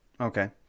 okay